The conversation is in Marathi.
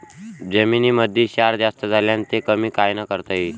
जमीनीमंदी क्षार जास्त झाल्यास ते कमी कायनं करता येईन?